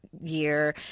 year –